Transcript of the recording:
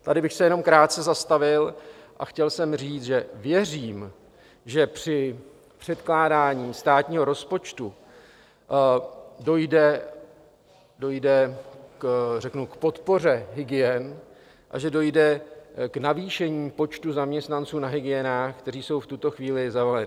Tady bych se jenom krátce zastavil a chtěl jsem říct, že věřím, že při předkládání státního rozpočtu dojde, řeknu, k podpoře hygien a že dojde k navýšení počtu zaměstnanců na hygienách, kteří jsou v tuto chvíli zavaleni.